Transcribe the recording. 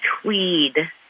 tweed